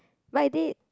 but I did